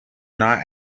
not